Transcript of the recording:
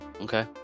Okay